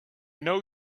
know